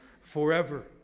forever